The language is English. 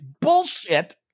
bullshit